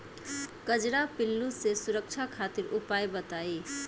कजरा पिल्लू से सुरक्षा खातिर उपाय बताई?